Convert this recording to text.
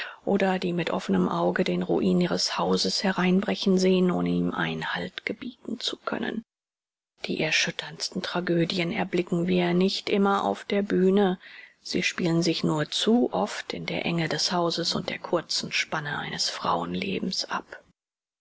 oder die mit offenem auge den ruin ihres hauses hereinbrechen sehen ohne ihm einhalt gebieten zu können die erschütterndsten tragödien erblicken wir nicht immer auf der bühne sie spielen sich nur zu oft in der enge des hauses und der kurzen spanne eines frauenlebens ab